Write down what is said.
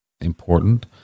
important